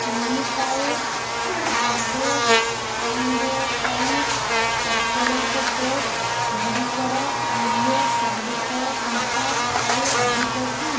ତିନି pouch Harvey's and sons chocolate shake ଗୁଡ଼ିକର ମୂଲ୍ୟ ଚାରି ଶହ ଟଙ୍କା ଠାରୁ ଅଧିକ କି